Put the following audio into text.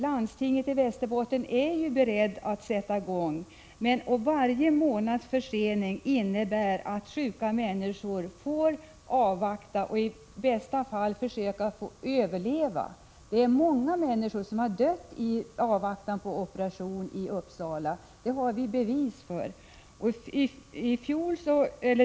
Landstinget i Västerbotten är berett att sätta i gång, och varje månads försening innebär att sjuka människor får vänta och i bästa fall försöka överleva. Det är många människor som har dött i avvaktan på operation i Uppsala — det finns det bevis för.